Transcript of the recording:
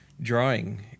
drawing